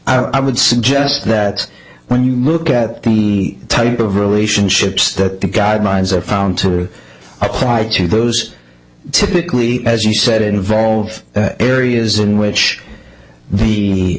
purposes i would suggest that when you look at the type of relationships that the guidelines are found to apply to those typically as you said involve areas in which the